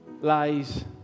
lies